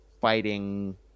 fighting